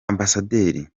ambasaderi